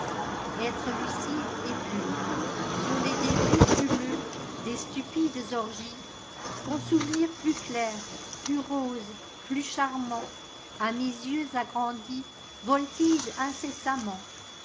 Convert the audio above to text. être lucide et pur sur les débris fumeux des stupides orgies ton souvenir plus clair plus rose plus charmant a mes yeux agrandis voltige incessamment